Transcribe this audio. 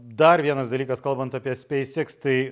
dar vienas dalykas kalbant apie speis iks tai